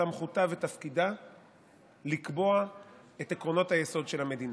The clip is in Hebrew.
סמכותה ותפקידה לקבוע את עקרונות היסוד של המדינה.